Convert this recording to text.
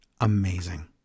Amazing